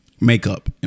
makeup